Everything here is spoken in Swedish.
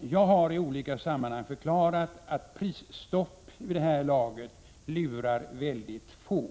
”Jag har i olika sammanhang förklarat att prisstopp vid det här laget lurar väldigt få.